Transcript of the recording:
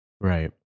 Right